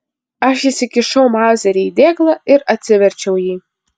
aš įsikišau mauzerį į dėklą ir atsiverčiau jį